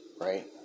Right